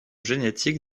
génétique